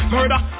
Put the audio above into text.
Murder